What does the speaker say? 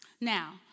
Now